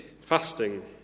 fasting